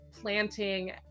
planting